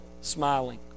smiling